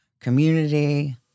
community